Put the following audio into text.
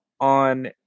on